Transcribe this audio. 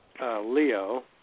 Leo